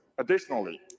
Additionally